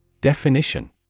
Definition